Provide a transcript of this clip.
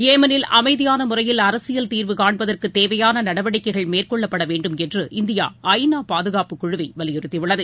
ஏமனில் அமைதியானமுறையில் அரசியல் தீர்வு காண்பதற்குதேவையானநடவடிக்கைகள் மேறகொள்ளப்படவேண்டுமென்று இந்தியா ஐ நா பாதுகாப்புக்குழுவைவலியுறுத்தியுள்ளது